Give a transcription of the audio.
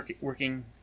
working